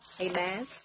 amen